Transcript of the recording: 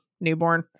newborn